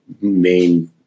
main